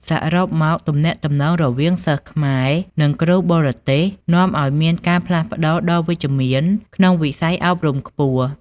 សរុបមក ទំនាក់ទំនងរវាងសិស្សខ្មែរ និងគ្រូបរទេសនាំឲ្យមានការផ្លាស់ប្តូរដ៏វិជ្ជមានក្នុងវិស័យអប់រំខ្ពស់។